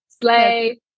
Slay